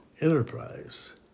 enterprise